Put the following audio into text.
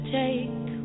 take